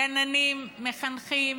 גננים, מחנכים,